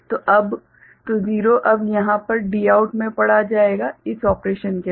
तो 0 अब यहां पर Dout में पढ़ा जाएगा इस ऑपरेशन के बाद